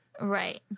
Right